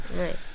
Right